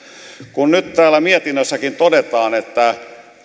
kun nyt täällä mietinnössäkin todetaan että